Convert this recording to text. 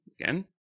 again